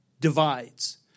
divides